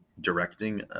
directing